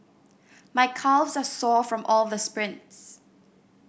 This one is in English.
my calves are sore from all the sprints